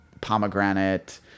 pomegranate